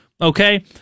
Okay